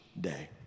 day